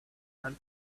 and